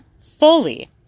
fully